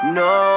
no